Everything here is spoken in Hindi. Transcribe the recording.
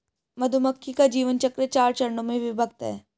मधुमक्खी का जीवन चक्र चार चरणों में विभक्त है